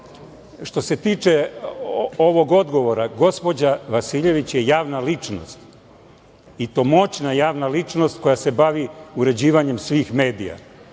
što se tiče ovog odgovora, gospođa Vasiljević je javna ličnost, i to moćna javna ličnost, koja se bavi uređivanjem svih medija.